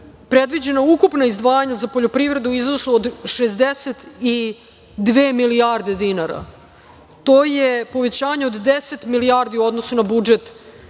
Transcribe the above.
predviđena ukupna izdvajanja za poljoprivredu u iznosu od 62 milijarde dinara. To je povećanje od 10 milijardi u odnosu na budžet